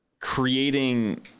creating